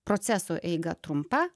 proceso eiga trumpa